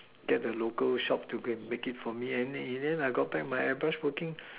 get the local shop to go and make it for me and in the end I got my air brush working